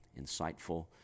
insightful